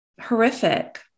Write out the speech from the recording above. horrific